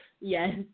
Yes